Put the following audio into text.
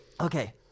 okay